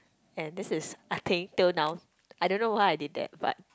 and this is a thing till now I don't know why I did that but